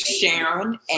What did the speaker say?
Sharon